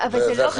זה החיים.